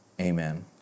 amen